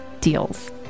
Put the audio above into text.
deals